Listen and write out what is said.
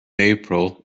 april